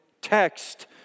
text